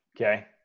Okay